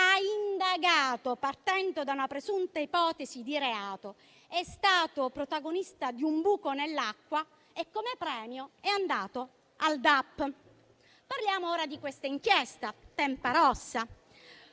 indagato partendo da una presunta ipotesi di reato, è stato protagonista di un buco nell'acqua e, come premio, è andato al DAP». Parliamo ora di questa inchiesta, Tempa Rossa.